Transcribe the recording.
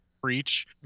preach